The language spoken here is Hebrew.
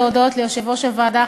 להודות ליושב-ראש הוועדה,